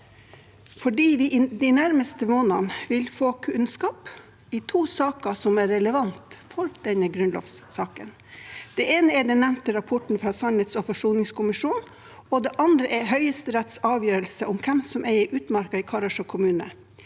fordi vi i de nærmeste månedene vil få kunnskap i to saker som er relevant for denne grunnlovssaken. Det ene er den nevnte rapporten fra sannhets- og forsoningskommisjonen, og det andre er Høyesteretts avgjørelse om hvem som eier utmarka i Karasjok kommune.